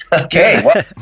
okay